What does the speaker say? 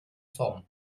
tom